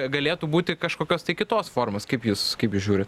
galėtų būti kažkokios tai kitos formos kaip jūs kaip jūs žiūrit